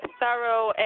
thorough